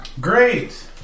Great